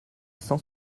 cent